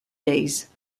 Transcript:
days